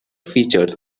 features